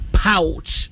pouch